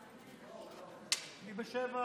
מס' 2 בסוכרת.